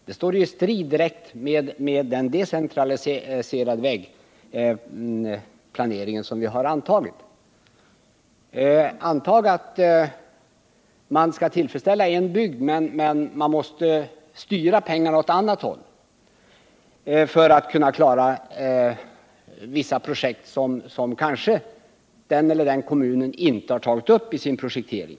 Det står i direkt strid med den decentraliserade vägplanering som vi har beslutat om. Det gäller för det första i ett läge där man måste avväga om man skall tillgodose önskemålen i en viss bygd eller om man skall styra pengar åt ett annat håll för att klara vissa projekt, som en annan kommun kanske inte har tagit upp i sin planering.